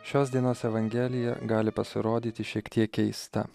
šios dienos evangelija gali pasirodyti šiek tiek keista